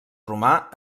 romà